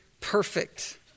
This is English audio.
perfect